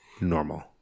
normal